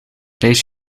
reis